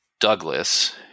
Douglas